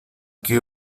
qué